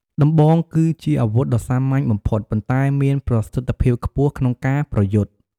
ដំបង គឺជាអាវុធដ៏សាមញ្ញបំផុត ប៉ុន្តែមានប្រសិទ្ធភាពខ្ពស់ក្នុងការប្រយុទ្ធ។